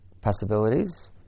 possibilities